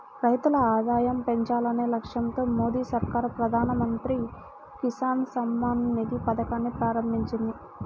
రైతుల ఆదాయం పెంచాలనే లక్ష్యంతో మోదీ సర్కార్ ప్రధాన మంత్రి కిసాన్ సమ్మాన్ నిధి పథకాన్ని ప్రారంభించింది